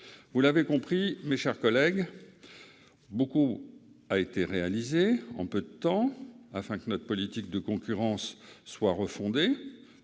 Vous l'avez compris, mes chers collègues, beaucoup a été réalisé en peu de temps afin que notre politique de concurrence soit refondée.